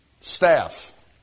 Staff